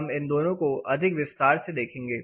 हम इन दोनों को अधिक विस्तार से देखेंगे